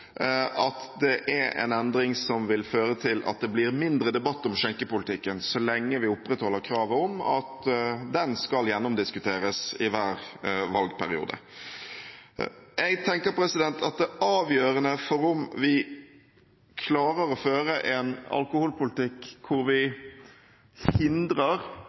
at det er en endring som vil føre til at det blir mindre debatt om skjenkepolitikken, så lenge vi opprettholder kravet om at den skal gjennomdiskuteres i hver valgperiode. Jeg tenker at det avgjørende for om vi klarer å føre en alkoholpolitikk hvor vi hindrer